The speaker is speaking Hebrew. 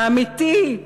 האמיתי,